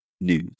news